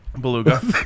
Beluga